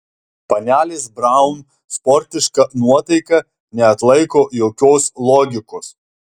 panelės braun sportiška nuotaika neatlaiko jokios logikos